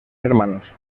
hermanos